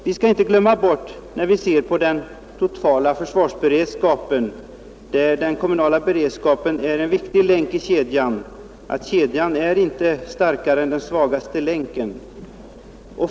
Vi skall inte glömma bort, när vi ser på den totala försvarsberedskapen, att den kommunala beredskapen är en viktig länk i kedjan och att kedjan inte är starkare än den svagaste länken.